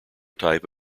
type